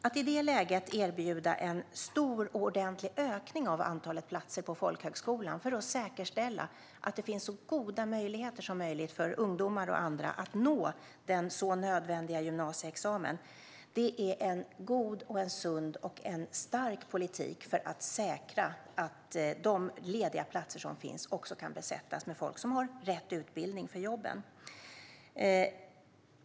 Att i detta läge erbjuda en stor och ordentlig ökning av antalet folkhögskoleplatser för att säkerställa att det finns så goda möjligheter som möjligt för ungdomar och andra att nå den så nödvändiga gymnasieexamen är en god, sund och stark politik för att säkerställa att de lediga platser som finns kan besättas med folk som har rätt utbildning för jobben.